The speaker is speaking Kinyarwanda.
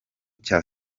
cya